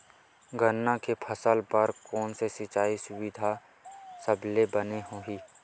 गन्ना के फसल बर कोन से सिचाई सुविधा सबले बने होही?